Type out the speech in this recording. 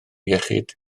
iechyd